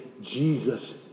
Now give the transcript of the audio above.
Jesus